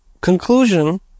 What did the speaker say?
conclusion